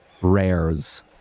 rares